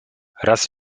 raz